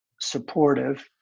supportive